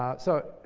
um so,